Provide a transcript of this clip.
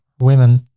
women.